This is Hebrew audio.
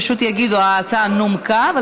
פשוט יגידו: ההצעה נומקה,